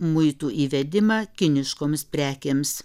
muitų įvedimą kiniškoms prekėms